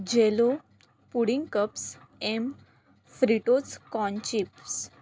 जेलो pudding cups M Fritos corn chips